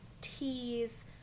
teas